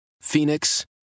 Phoenix